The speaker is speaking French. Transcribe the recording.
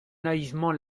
naïvement